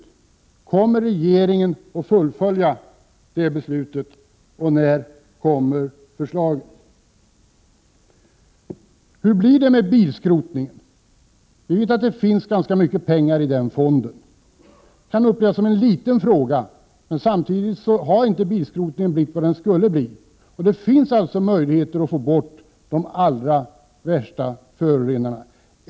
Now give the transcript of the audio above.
Men kommer regeringen att fullfölja det, och när kommer ett förslag? Hur blir det med bilskrotningen? Vi vet att det finns ganska mycket pengar i fonden för detta ändamål. Frågan kan upplevas som obetydlig. Bilskrotningen är dock inte vad den skulle vara. Det finns alltså möjligheter att få bort de allra värsta förorenarna.